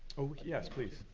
oh yes, please.